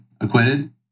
acquitted